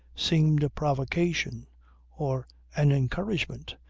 seemed a provocation or an encouragement,